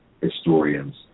historians